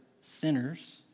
sinners